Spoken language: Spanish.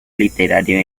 literario